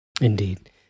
Indeed